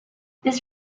this